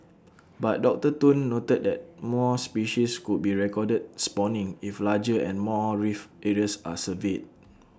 but doctor Tun noted that more species could be recorded spawning if larger and more reef areas are surveyed